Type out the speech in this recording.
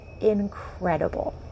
incredible